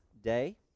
day